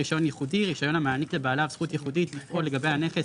"רישיון ייחודי" - רישיון המעניק לבעליו זכות ייחודית לפעול לגבי הנכס,